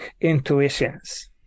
intuitions